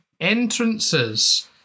entrances